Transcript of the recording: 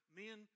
men